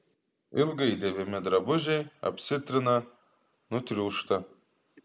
ilgai dėvimi drabužiai apsitrina nutriūšta